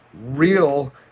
real